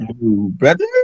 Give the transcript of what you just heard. brother